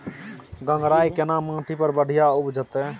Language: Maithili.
गंगराय केना माटी पर बढ़िया उपजते?